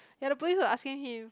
ya the police was asking him